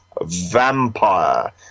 vampire